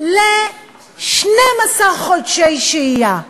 ל-12 חודשי שהייה?